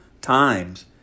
times